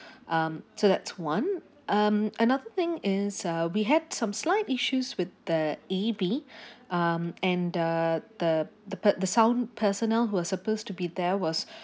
um so that's one um another thing is uh we had some slight issues with the A_V um and the the the per~ the sound personnel who are supposed to be there was